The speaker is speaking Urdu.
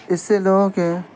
اس سے لوگوں کے